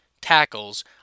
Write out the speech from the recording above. tackles